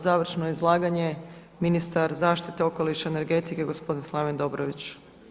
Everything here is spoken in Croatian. Završno izlaganje ministar zaštite okoliša i energetike gospodin Slaven Dobrović.